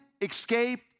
escape